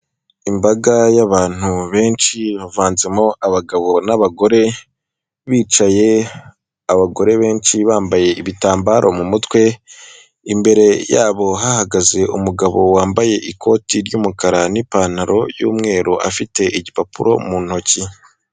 Imbaga y'abantu benshi bavanzemo abagabo n'abagore bicaye abagore benshi bambaye ibitambaro mu mutwe, imbere yabo hahagaze umugabo wambaye ikoti ry'umukara n'ipantaro y'umweru afite igipapuro mu ntoki.